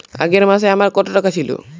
আগের মাসে আমার কত টাকা ছিল?